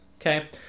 Okay